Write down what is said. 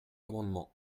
amendement